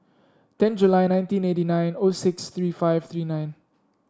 ten July nineteen eighty nine O six three five three nine